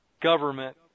government